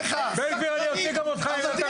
בן גביר, אני אוציא גם אותך אם אתה תמשיך.